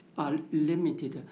are limited.